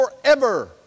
forever